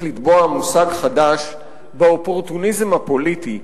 לטבוע מושג חדש באופורטוניזם הפוליטי,